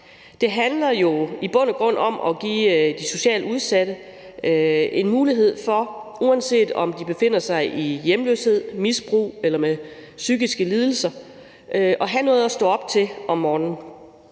Det handler jo i bund og grund om at give de socialt udsatte en mulighed for, uanset om de befinder sig i hjemløshed, misbrug eller har psykiske lidelser, at have noget at stå op til om morgenen.